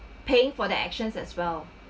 paying for their actions as well